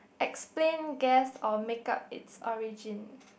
explain guess or make up it's origin